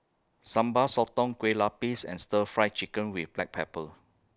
Sambal Sotong Kueh Lapis and Stir Fry Chicken with Black Pepper